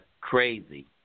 crazy